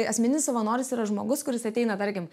asmenis savanoris yra žmogus kuris ateina tarkim